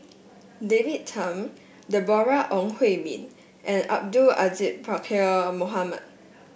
David Tham Deborah Ong Hui Min and Abdul Aziz Pakkeer Mohamed